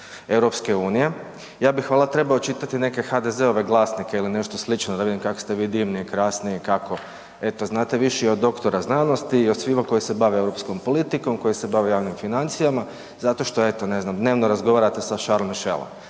štampu EU. Ja bih valjda trebao čitati neke HDZ-ove glasnike ili nešto slično da vidim kak ste vi divni i krasni i kako eto znate više i od dr. znanosti i od svih koji se bave europskom politikom, koji se bave javnim financijama, zato što eto, ne znam, dnevno razgovarate sa Charles Michaelom.